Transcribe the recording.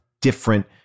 different